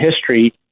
history